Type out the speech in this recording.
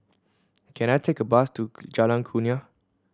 can I take a bus to Jalan Kurnia